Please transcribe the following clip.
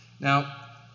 Now